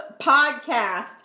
Podcast